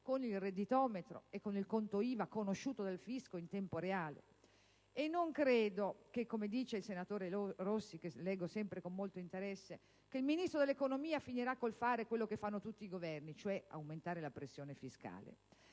con il redditometro e con il conto IVA conosciuto dal fisco in tempo reale. Non credo che, come dice il senatore Rossi, che leggo sempre con molto interesse, il Ministro dell'economia finirà col fare quello che fanno tutti i Governi, cioè aumentare la pressione fiscale.